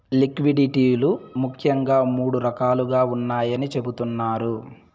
liquidity లు ముఖ్యంగా మూడు రకాలుగా ఉన్నాయని చెబుతున్నారు